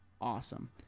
awesome